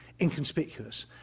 inconspicuous